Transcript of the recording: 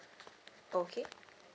okay